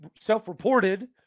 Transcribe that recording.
self-reported